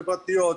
חברתיות,